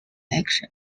election